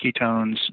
ketones